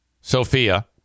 Sophia